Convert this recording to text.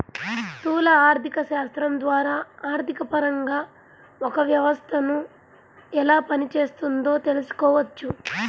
స్థూల ఆర్థికశాస్త్రం ద్వారా ఆర్థికపరంగా ఒక వ్యవస్థను ఎలా పనిచేస్తోందో తెలుసుకోవచ్చు